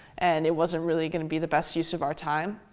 and it wasn't really going to be the best use of our time.